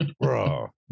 Bro